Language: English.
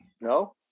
No